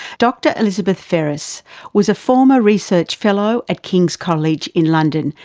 dr elizabeth ferris was a former research fellow at king's college in london,